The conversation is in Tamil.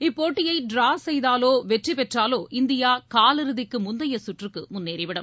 இப்போட்டியை டிரா செய்தாலோ வெற்றி பெற்றாலோ இந்தியா காலிறுதிக்கு முந்தையச் சுற்றுக்கு முன்னேறிவிடும்